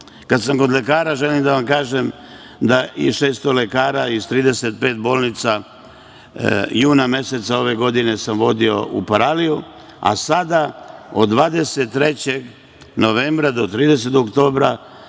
sam kod lekara, želim da vam kažem da sam i 600 lekara iz 35 bolnica juna meseca ove godine vodio u Paraliju, a sada od 23. septembra do 30. oktobra